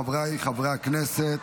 חבריי חברי הכנסת,